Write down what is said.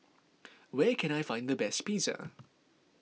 where can I find the best Pizza